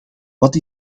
wat